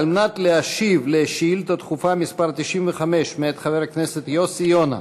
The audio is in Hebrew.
על מנת להשיב על שאילתה דחופה מס' 95 מאת חבר הכנסת יוסי יונה.